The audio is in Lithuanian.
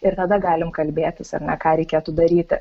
ir tada galim kalbėtis ar ne ką reikėtų daryti